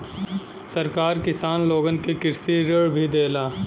सरकार किसान लोगन के कृषि ऋण भी देला